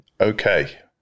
Okay